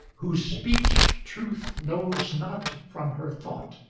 whose speech truth knows not from her thought,